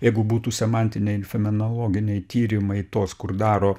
jeigu būtų semantiniai infeminologiniai tyrimai tuos kur daro